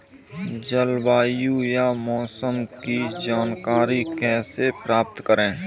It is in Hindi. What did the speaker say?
जलवायु या मौसम की जानकारी कैसे प्राप्त करें?